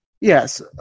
Yes